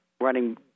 running